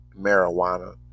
marijuana